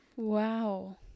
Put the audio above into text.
wow